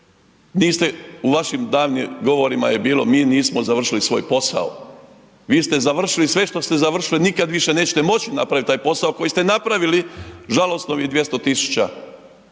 u vašim daljnjim govorima je bilo mi nismo završili svoj posao. Vi ste završili sve što ste završili, nikada više nećete moći napraviti taj posao koji ste napravili, žalosno, ovih 200 tisuća.